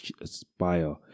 aspire